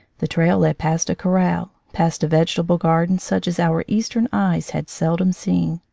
the trail led past a corral, past a vege table garden such as our eastern eyes had seldom seen.